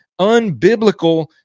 unbiblical